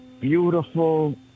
beautiful